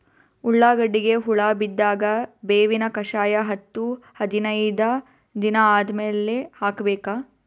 ಉಳ್ಳಾಗಡ್ಡಿಗೆ ಹುಳ ಬಿದ್ದಾಗ ಬೇವಿನ ಕಷಾಯ ಹತ್ತು ಹದಿನೈದ ದಿನ ಆದಮೇಲೆ ಹಾಕಬೇಕ?